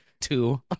Two